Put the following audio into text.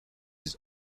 its